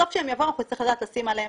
בסוף כשהן יבואו אנחנו נצטרך לדעת לשים עליהן